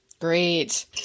Great